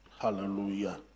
hallelujah